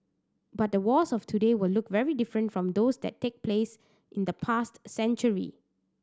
but the wars of today will look very different from those that take place in the past century